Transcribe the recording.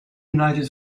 united